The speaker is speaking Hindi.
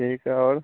ठीक है और